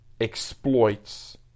exploits